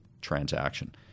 transaction